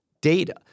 data